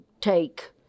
take